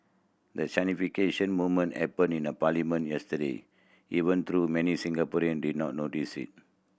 the moment happened in a parliament yesterday even though many Singaporean did not notice it